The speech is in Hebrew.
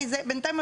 בינתיים,